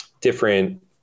different